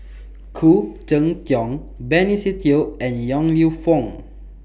Khoo Cheng Tiong Benny Se Teo and Yong Lew Foong